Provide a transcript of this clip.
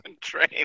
train